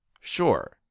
Sure